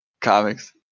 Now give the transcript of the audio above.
comics